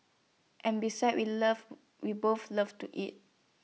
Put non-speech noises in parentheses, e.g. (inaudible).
and besides we love (hesitation) we both love to eat